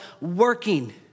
working